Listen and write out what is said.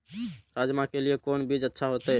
राजमा के लिए कोन बीज अच्छा होते?